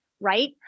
right